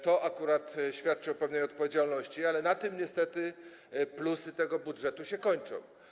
To akurat świadczy o pewnej odpowiedzialności, ale na tym niestety plusy tego budżetu się kończą.